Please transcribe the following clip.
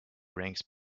ranks